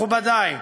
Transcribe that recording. מכובדי,